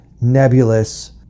nebulous